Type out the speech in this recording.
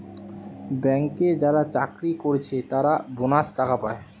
ব্যাংকে যারা চাকরি কোরছে তারা বোনাস টাকা পায়